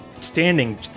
standing